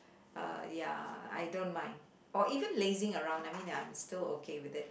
uh ya I don't mind or even lazing around I mean I'm still okay with it